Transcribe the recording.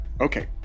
Okay